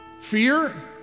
Fear